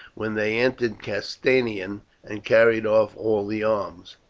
when they entered castanium and carried off all the arms.